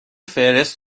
فهرست